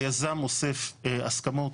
היזם אוסף הסכמות.